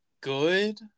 good